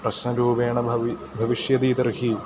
प्रश्नरूपेण भव भविष्यति तर्हि